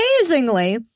amazingly